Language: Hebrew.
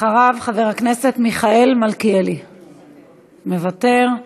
חבר הכנסת מיכאל מלכיאלי, מוותר.